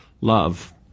love